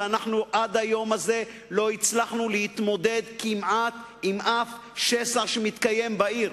ואנחנו עד היום הזה לא הצלחנו להתמודד כמעט עם אף שסע שמתקיים בעיר.